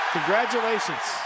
Congratulations